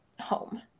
home